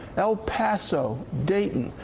el paso, dayton.